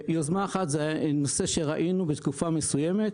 יוזמה אחת היא נושא שראינו בתקופה מסוימת,